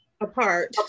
apart